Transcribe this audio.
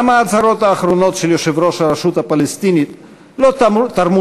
גם ההצהרות האחרונות של יושב-ראש הרשות הפלסטינית לא תרמו